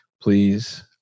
Please